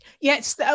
Yes